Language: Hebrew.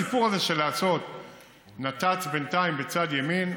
הסיפור הזה של לעשות בינתיים נת"צ בצד ימין,